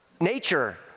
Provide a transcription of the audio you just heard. nature